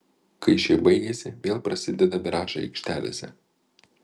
kai šie baigiasi vėl prasideda viražai aikštelėse